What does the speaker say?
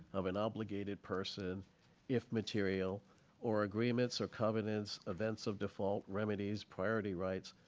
of an obligated person if material or agreements or covenants, events of default, remedies, priority rights,